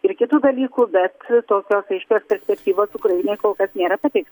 ir kitų dalykų bet tokios aiškios perspektyvos ukrainai kol kas nėra pateik